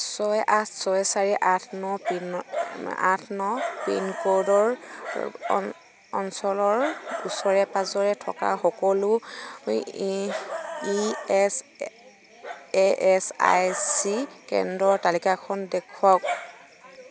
ছয় আঠ ছয় চাৰি আঠ ন আঠ ন পিনক'ডৰ অঞ্চলৰ ওচৰে পাঁজৰে থকা সকলো ই এছ আই চি কেন্দ্ৰৰ তালিকাখন দেখুৱাওক